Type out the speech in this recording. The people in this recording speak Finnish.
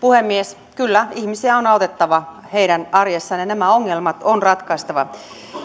puhemies kyllä ihmisiä on autettava heidän arjessaan ja nämä ongelmat on ratkaistava